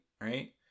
right